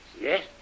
Yes